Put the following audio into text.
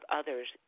others